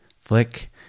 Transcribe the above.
flick